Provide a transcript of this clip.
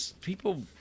People